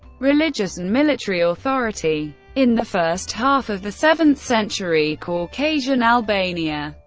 religious, and military authority. in the first half of the seventh century, caucasian albania,